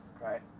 right